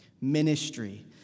ministry